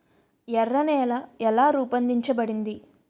ఎర్ర నేల ఎలా రూపొందించబడింది?